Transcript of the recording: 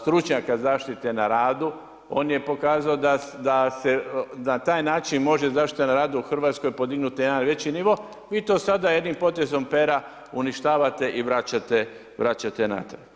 stručnjaka zaštite na radu, on je pokazao da se na taj način može zaštita na radu u Hrvatskoj podignuti na jedan veći nivo, vi to sada jednim potezom pera uništavate i vraćate natrag.